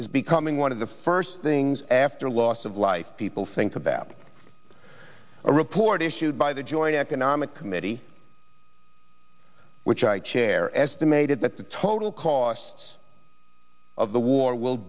is becoming one of the first things after a loss of life people think about a report issued by the joint economic committee which i chair estimated that the total costs of the war will